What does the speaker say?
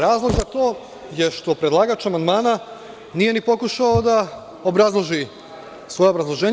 Razlog za to je što predlagač amandmana nije ni pokušao da obrazloži svoje obrazloženje.